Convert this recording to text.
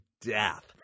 death